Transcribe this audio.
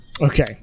Okay